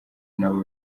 nabo